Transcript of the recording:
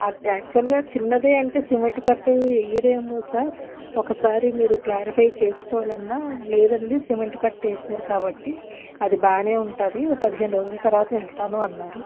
యాక్చువల్గా చిన్నదే అంటే సిమెంటు కట్టు వెయ్యరేమో సార్ ఒకసారి మీరు క్లారిఫై చేసుకోవాలన్నా లేదండి సిమెంట్ కట్టు వేసారు కాబట్టి అది బానే ఉంటుంది ఓ పదిహేను రోజుల తర్వాత వెళ్తాను అన్నారు